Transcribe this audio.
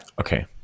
Okay